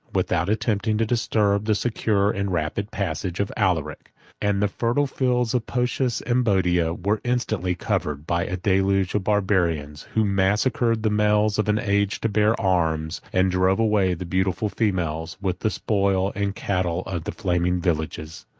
without attempting to disturb the secure and rapid passage of alaric and the fertile fields of phocis and boeotia were instantly covered by a deluge of barbarians who massacred the males of an age to bear arms, and drove away the beautiful females, with the spoil and cattle of the flaming villages.